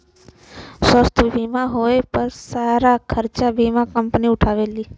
स्वास्थ्य बीमा होए पे सारा खरचा बीमा कम्पनी उठावेलीन